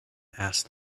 asked